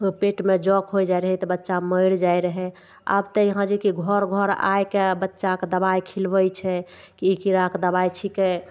पेटमे जोंक होइ जाइ रहय तऽ बच्चा मरि जाइ रहय आब तऽ यहाँ जे कि घर घर आइके बच्चाके दवाइ खिलबय छै कि ई कीड़ाके दवाइ छिकै